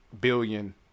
billion